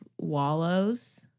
Wallows